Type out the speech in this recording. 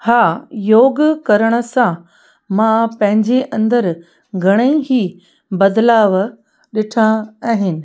हा योग करण सां मां पंहिंजे अंदरु घणेई ई बदिलाउ ॾिठा आहिनि